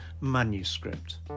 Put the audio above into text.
manuscript